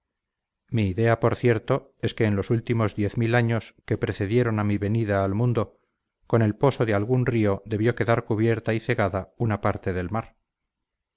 mi idea por cierto es que en los últimos diez mil años que precedieron a mi venida al mundo con el poso de algún río debió quedar cubierta y cegada una parte del mar